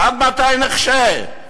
עד מתי נחשה?